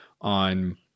on